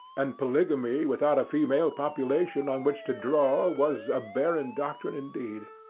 and polygamy without a female population on which to draw was a barren doctrine indeed.